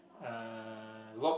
uh lock